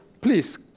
please